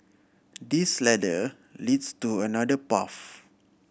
this ladder leads to another path